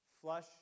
flush